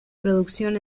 producción